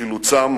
חילוצם,